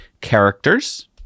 characters